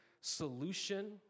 solution